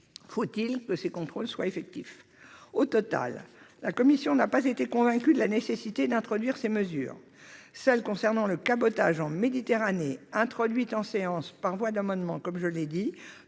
faut-il que les contrôles soient effectifs. Au total, la commission n'a pas été convaincue de la nécessité d'introduire ces mesures. Celles qui concernent le cabotage en Méditerranée, introduites en séance par voie d'amendements, dans un texte